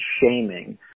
shaming